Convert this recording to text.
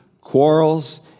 Quarrels